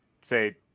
say